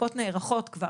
קופות נערכות כבר,